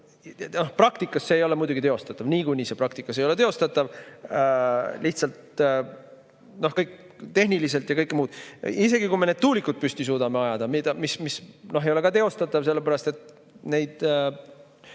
Praktikas see ei ole muidugi teostatav, niikuinii see praktikas ei ole teostatav. Lihtsalt tehniliselt ja kõik muu. Isegi kui me need tuulikud püsti suudame ajada, mis ei ole teostatav, sellepärast et neid